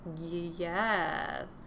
Yes